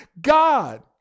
God